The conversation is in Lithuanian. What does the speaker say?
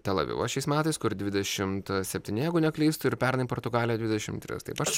tel avivas šiais metais kur dvidešimt septyni jeigu neklystu ir pernai portugalija dvidešimt tris